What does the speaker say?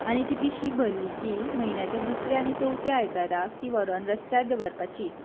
आनी ती पिशवी भरली की म्हयन्याच्या दुसऱ्या आनी चवथ्या आयताराक ती व्हरून रस्त्या दवरपाची